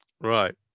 Right